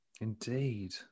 Indeed